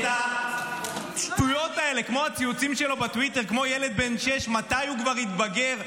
הוציא דיבת הארץ רעה.